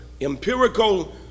empirical